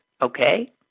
okay